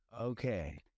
Okay